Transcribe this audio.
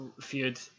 feud